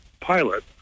pilot